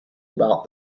about